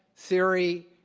theory,